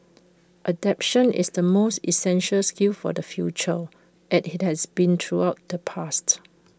adaptation is the most essential skill for the future as IT has been throughout the past